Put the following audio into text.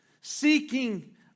seeking